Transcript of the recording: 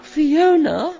Fiona